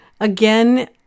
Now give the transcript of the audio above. again